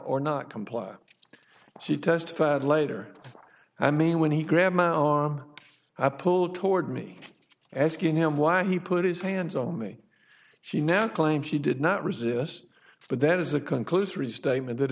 or not comply she testified later i mean when he grabbed my arm i pulled toward me asking him why he put his hands on me she now claims she did not resist but there is a conclusory statement that